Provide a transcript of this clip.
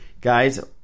guys